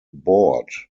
board